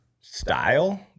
style